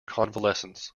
convalescence